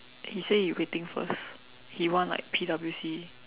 he say he waiting first he want like P_W_C